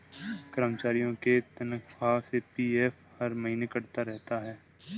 कर्मचारियों के तनख्वाह से पी.एफ हर महीने कटता रहता है